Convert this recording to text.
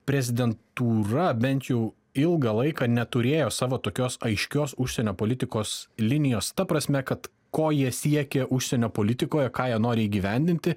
prezidentūra bent jau ilgą laiką neturėjo savo tokios aiškios užsienio politikos linijos ta prasme kad ko jie siekė užsienio politikoje ką jie nori įgyvendinti